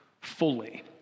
fully